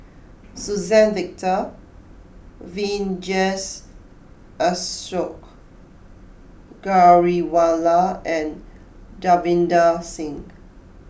Suzann Victor Vijesh Ashok Ghariwala and Davinder Singh